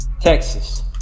Texas